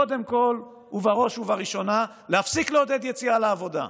קודם כול ובראש ובראשונה להפסיק לעודד יציאה לעבודה.